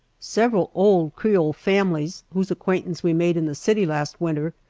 several old creole families whose acquaintance we made in the city last winter,